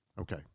Okay